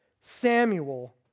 Samuel